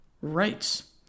rights